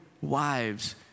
wives